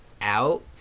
out